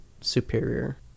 superior